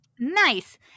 Nice